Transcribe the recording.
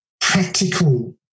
practical